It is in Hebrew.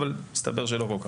אבל מסתבר שזה לא המצב.